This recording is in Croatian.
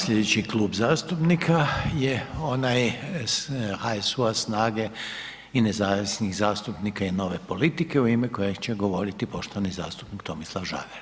Sljedeći klub zastupnika je HSU-a, SNAGA-e i nezavisnih zastupnika i Nove politike u ime kojeg će govoriti poštovani zastupnik Tomislav Žagar.